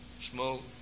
smoke